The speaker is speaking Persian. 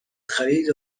خرید